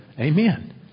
Amen